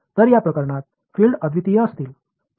तर या प्रकरणात फील्ड अद्वितीय असतील